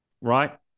right